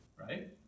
right